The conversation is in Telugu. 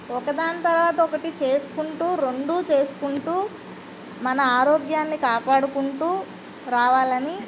ఒకదాని తర్వాత ఒకటి చేసుకుంటూ రెండూ చేసుకుంటూ మన ఆరోగ్యాన్ని కాపాడుకుంటూ రావాలని